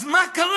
אז מה קרה?